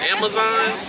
Amazon